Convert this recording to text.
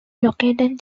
located